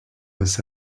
this